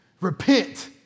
Repent